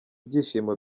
byishimo